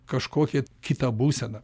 kažkokią kitą būseną